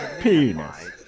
penis